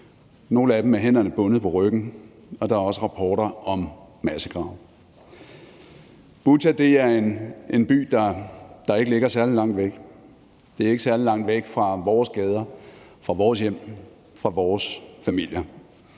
nogle af dem med hænderne bundet på ryggen, og der er også rapporter om massegrave. Butja er en by, der ikke ligger særlig langt væk, det er ikke særlig langt væk fra vores gader, fra vores hjem, fra vores